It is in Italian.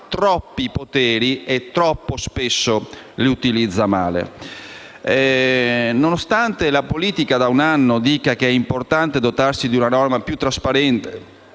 troppi poteri e troppo spesso li utilizza male. Nonostante la politica da un anno dica che è importante dotarsi di una norma più trasparente